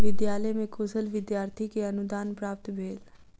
विद्यालय में कुशल विद्यार्थी के अनुदान प्राप्त भेल